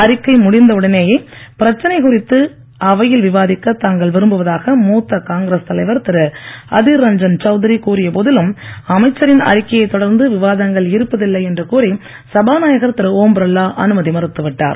அறிக்கை முடிந்த உடனேயே பிரச்சனை குறித்து அவையில் விவாதிக்க தாங்கள் விரும்புவதாக மூத்த காங்கிரஸ் தலைவர் திரு அதீர் ரஞ்சன் சௌத்ரி கூறிய போதிலும் அமைச்சரின் அறிக்கையைத் தொடர்ந்து விவாதங்கள் இருப்பதில்லை என்று கூறி சபாநாயகர் திரு ஓம் பிர்லா அனுமதி மறுத்துவிட்டார்